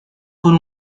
con